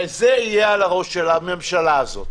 וזה יהיה על הראש של הממשלה הזאת.